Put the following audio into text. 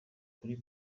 kuri